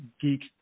geek